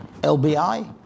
LBI